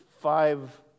Five